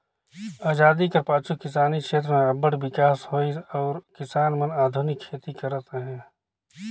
अजादी कर पाछू किसानी छेत्र में अब्बड़ बिकास होइस अउ किसान मन आधुनिक खेती करत अहें